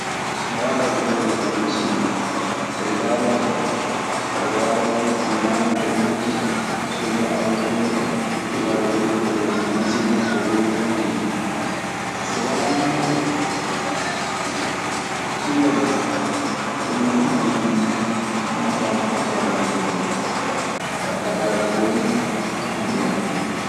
Daabaaji ɓurani kan masinka. sabi daabaaji aɗa waawi ñaamude e majji soni a ronkanii ɗi. aɗe waawi wuurude e majji masin ne so bonii tan tilike. So wanaa ɗun kaa, kulle ɗee hoɗun fuu ana jogii nafaa muuɗun e torlanga muuɗun. Kaa daabaaji mbowmi. Ɗun ɓuranikan.